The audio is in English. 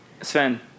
Sven